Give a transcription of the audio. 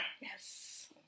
Yes